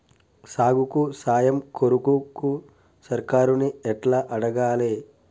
సాగుకు సాయం కొరకు సర్కారుని ఎట్ల అడగాలే?